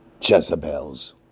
Jezebels